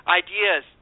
ideas